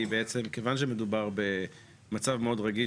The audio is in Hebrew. היא בעצם שכיוון שמדובר במצב מאוד רגש